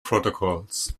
protocols